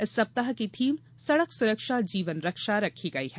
इस सप्ताह की थीम सड़क सुरक्षा जीवन रक्षा रखी गई है